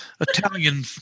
Italian